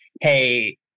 hey